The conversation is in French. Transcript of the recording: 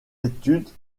études